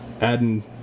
adding